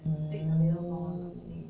mm